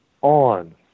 on